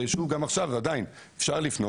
ושוב גם עכשיו עדיין אפשר לפנות,